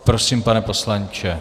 Prosím, pane poslanče.